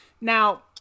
Now